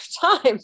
time